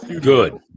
Good